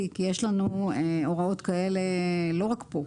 כי יש לנו הוראות כאלה לא רק כאן.